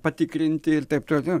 patikrinti ir taip toliau